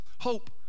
hope